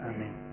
Amen